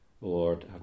Lord